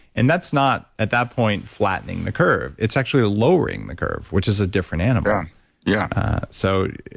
and that's not at that point, flattening the curve, it's actually lowering the curve, which is a different animal yeah so,